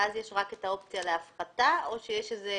זה אוטומטית ואז יש רק את האופציה להפחתה או שיש איזה